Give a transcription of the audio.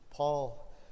Paul